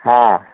ହଁ